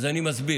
אז אני מסביר: